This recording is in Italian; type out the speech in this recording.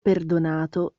perdonato